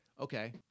okay